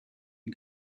ihn